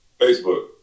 Facebook